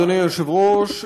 אדוני היושב-ראש,